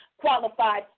qualified